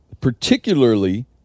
particularly